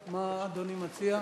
מקובל עלי מה שהמציעים מציעים.